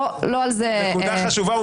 נקודה חשובה.